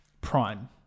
Prime